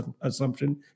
assumption